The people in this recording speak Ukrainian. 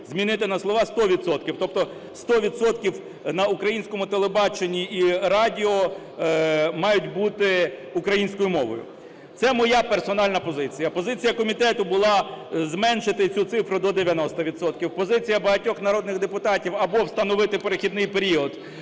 замінити на слова "100 відсотків", тобто 100 відсотків на українському телебаченні і радіо мають бути українською мовою – це моя персональна позиція. Позиція комітету була зменшити цю цифру до 90 відсотків. Позиція багатьох народних депутатів: або встановити перехідний період,